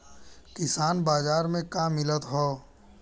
किसान बाजार मे का मिलत हव?